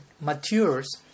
matures